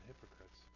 hypocrites